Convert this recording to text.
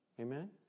Amen